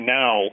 now